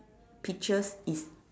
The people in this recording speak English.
peaches is